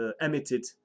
emitted